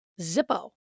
Zippo